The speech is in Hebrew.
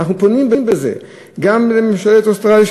ואנחנו פונים בזה גם לממשלת אוסטרליה.